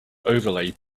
overlay